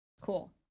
Cool